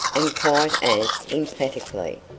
and quite as emphatically.